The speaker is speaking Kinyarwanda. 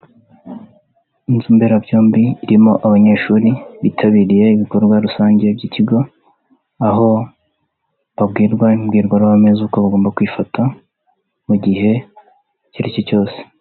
Inzu mberabyombi irimo abanyeshuri bitabiriye ibikorwa rusange by'ikigo, aho babwirwa imbwirwaruhame z'uko bagomba kwifata mu gihe icyo aricyo cyose.